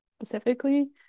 specifically